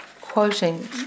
quoting